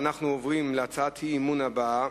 אנחנו עוברים להצעת האי-אמון הבאה,